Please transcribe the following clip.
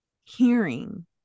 hearing